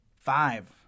five